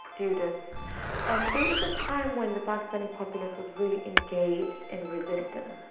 students, and it was a time when the pakistani populace was really engaged and resistant.